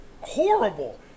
horrible